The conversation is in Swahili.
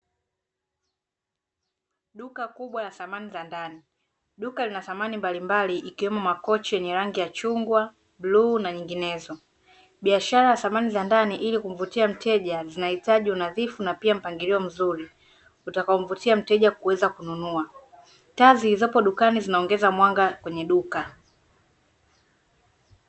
Duka kubwa la samani za ndani. Duka lina samani mbalimbali ikiwemo: makochi yenye rangi ya chungwa, bluu na nyinginezo. Biashara ya samani za ndani ili kumvutia mteja zinahitaji unadhifu na pia mpangilio mzuri, utakaomvutia mteja kuweza kununua. Taa zilizopo dukani zinaongeza mwanga kwenye duka .